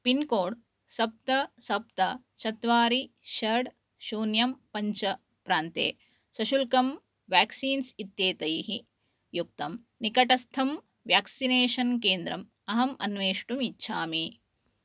pincode सप्त सप्त चत्वारि षड् शून्यं पञ्च प्रान्ते सशुल्कं वाक्क्सीन्स् इत्येतैः युक्तं निकटस्थं व्याक्सिनेषन् केन्द्रम् अहम् अन्वेष्टुम् इच्छामि